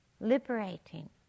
liberating